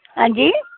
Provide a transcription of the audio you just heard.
हां जी